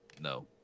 no